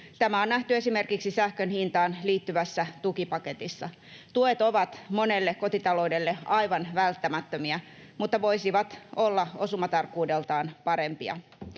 Tämä on nähty esimerkiksi sähkön hintaan liittyvässä tukipaketissa. Tuet ovat monelle kotitaloudelle aivan välttämättömiä mutta voisivat olla osumatarkkuudeltaan parempia.